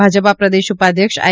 ભાજપા પ્રદેશ ઉપાધ્યક્ષ આઈ